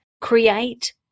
create